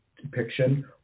depiction